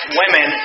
women